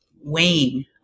weighing